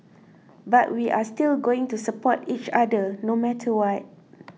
but we are still going to support each other no matter what